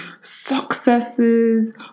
successes